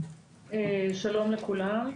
שלום לכולם.